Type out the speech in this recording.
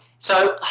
so,